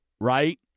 right